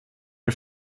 als